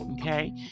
okay